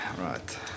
right